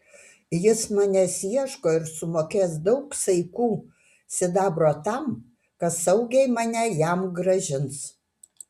jis manęs ieško ir sumokės daug saikų sidabro tam kas saugiai mane jam grąžins